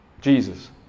Jesus